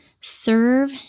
serve